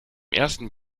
ersten